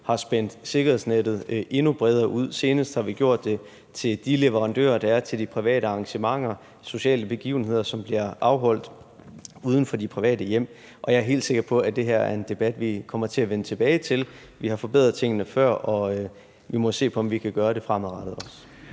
spændt sikkerhedsnettet endnu bredere ud. Senest har vi gjort det for de leverandører, der er til de private arrangementer, altså sociale begivenheder, som bliver afholdt uden for de private hjem. Jeg er helt sikker på, at det her er en debat, vi kommer til at vende tilbage til. Vi har forbedret tingene før, og vi må se på, om vi kan gøre det fremadrettet også.